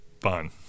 fun